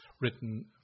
written